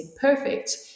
perfect